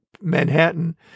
Manhattan